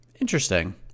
Interesting